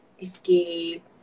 escape